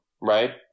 right